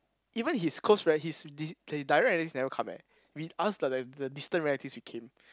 even his close friends his dis~ direct relatives never come eh we us the like the the distant relatives we came